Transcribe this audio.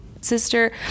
sister